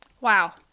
Wow